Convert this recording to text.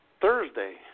Thursday